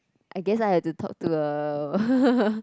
I guess I had to talk to a